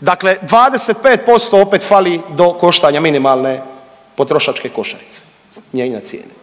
Dakle, 25% opet fali do koštanja minimalne potrošačke košarice, mijenja cijene.